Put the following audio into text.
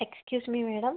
excuse me madam